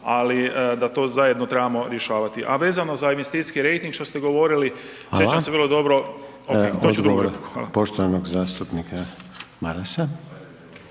ali da to zajedno trebamo rješavati. A vezano za investicijski rejting što ste govorili, sjećam se vrlo dobro…